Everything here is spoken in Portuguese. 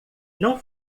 não